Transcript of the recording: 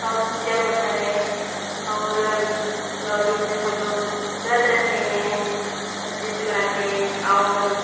पूजा होती है और नौ दिन तक हम लोग व्रत रहते हैं अच्छे से मनाते हैं और